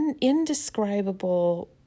indescribable